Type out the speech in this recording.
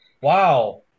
wow